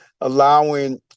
allowing